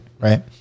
right